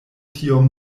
tiom